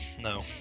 No